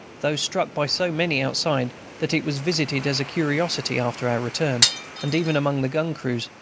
though struck by so many outside that it was visited as a curiosity after our return and even among the gun-crews,